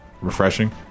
refreshing